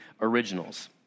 originals